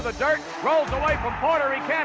the dirt, rolls away from porter, he